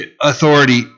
authority